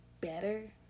better